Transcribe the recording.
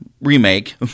Remake